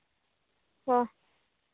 ᱦᱮᱸ